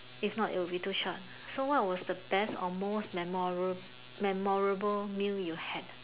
if not it will be too short so what was the best or most memorial memorable meal you had